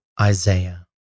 Isaiah